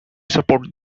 support